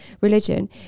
religion